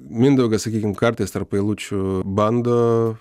mindaugas sakykim kartais tarp eilučių bando